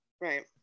Right